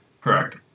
Correct